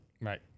Right